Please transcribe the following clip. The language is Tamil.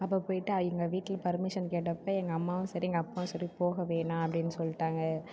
அப்போ போய்ட்டு எங்கள் வீட்டில் பர்மிஷன் கேட்டப்போ எங்கள் அம்மாவும் சரி எங்கள் அப்பாவும் சரி போக வேணாம் அப்படின்னு சொல்லிட்டாங்க